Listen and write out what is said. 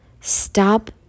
Stop